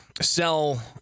sell